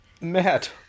Matt